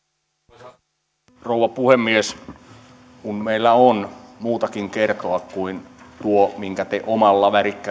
arvoisa rouva puhemies kun meillä on muutakin kertoa kuin tuo minkä te omalla värikkäällä